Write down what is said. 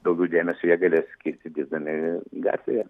daugiau dėmesio jie galės skirti dirbdami gatvėje